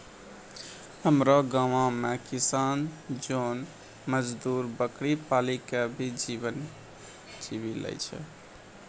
हमरो गांव घरो मॅ किसान जोन मजदुर बकरी पाली कॅ भी जीवन जीवी लॅ छय